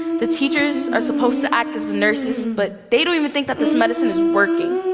the teachers are supposed to act as the nurses but they don't even think that this medicine is working.